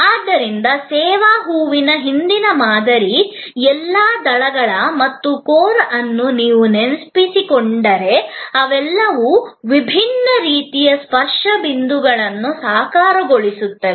ಆದ್ದರಿಂದ ಸೇವಾ ಹೂವಿನ ಹಿಂದಿನ ಮಾದರಿ ಎಲ್ಲಾ ದಳಗಳು ಮತ್ತು ಕೋರ್ ಅನ್ನು ನೀವು ನೆನಪಿಸಿಕೊಂಡರೆ ಅವೆಲ್ಲವೂ ವಿಭಿನ್ನ ರೀತಿಯ ಸ್ಪರ್ಶ ಬಿಂದುಗಳನ್ನು ಸಾಕಾರಗೊಳಿಸುತ್ತವೆ